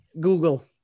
Google